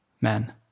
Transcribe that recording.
men